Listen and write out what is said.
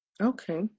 Okay